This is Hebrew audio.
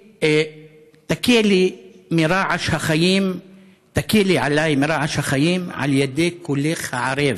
תקלי עליי מרעש החיים על ידי קולך הערב.